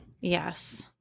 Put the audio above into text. yes